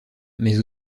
mais